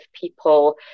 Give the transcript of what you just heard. people